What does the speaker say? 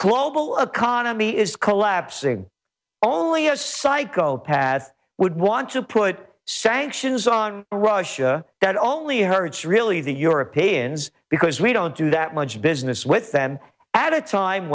global economy is collapsing only a psychopath would want to put sanctions on russia that only hurts really the europeans because we don't do that much business with them at a time